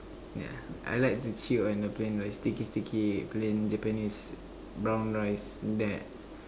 yeah I like to chew on the plain rice sticky sticky plain Japanese brown rice that